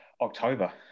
October